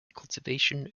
cultivation